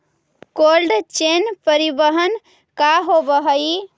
Cold chain परिवहन का होव हइ?